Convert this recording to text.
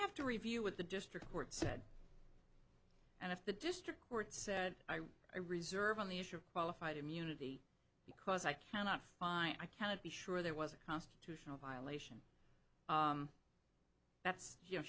have to review what the district court said and if the district court said i reserve on the issue of qualified immunity because i cannot find i can't be sure there was a constitutional violation that's you know